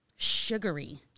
Sugary